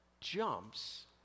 jumps